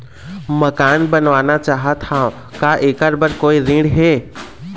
मकान बनवाना चाहत हाव, का ऐकर बर कोई ऋण हे?